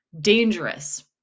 dangerous